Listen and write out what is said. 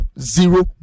zero